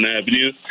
Avenue